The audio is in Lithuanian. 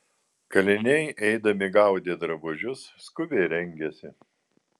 kaliniai eidami gaudė drabužius skubiai rengėsi